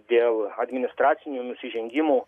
dėl administracinių nusižengimų